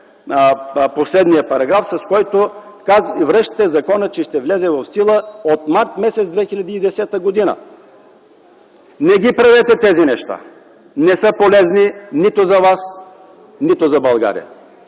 последния параграф, с който връщате закона, че ще влезе в сила от м. март 2010 г. Не правете тези неща, не са полезни нито за вас, нито за България!